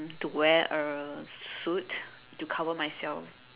to wear a suit to cover myself